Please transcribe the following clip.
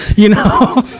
you know?